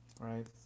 right